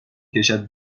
کشد